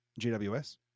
GWS